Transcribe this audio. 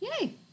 Yay